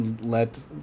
Let